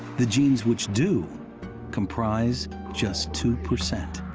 the genes which do comprise just two percent.